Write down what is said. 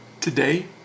today